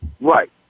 Right